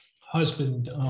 husband